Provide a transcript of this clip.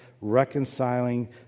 reconciling